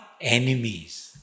enemies